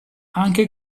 anche